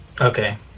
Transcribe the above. Okay